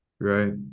right